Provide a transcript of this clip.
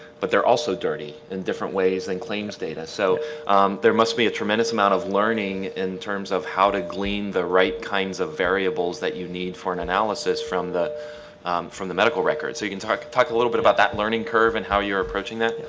but they're also dirty in different ways than claims data. so there must be a tremendous amount of learning in terms of how to glean the right kinds of variables that you need for an analysis from the from the medical records so you can talk talk a little bit about that learning curve and how you're approaching that.